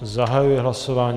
Zahajuji hlasování.